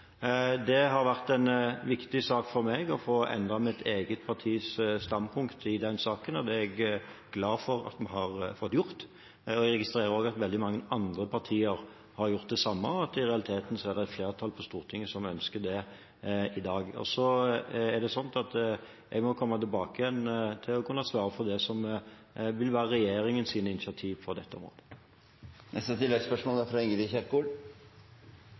Det har vært en viktig sak for meg å få endret mitt eget partis standpunkt i den saken, og det er jeg glad for at vi har fått gjort. Jeg registrerer at veldig mange andre partier har gjort det samme, og at det i realiteten er et flertall på Stortinget som ønsker det i dag. Jeg må komme tilbake til å svare på hva som vil være regjeringens initiativ på dette området. Ingvild Kjerkol – til oppfølgingsspørsmål. Dette er